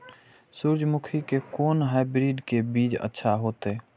सूर्यमुखी के कोन हाइब्रिड के बीज अच्छा होते?